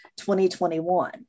2021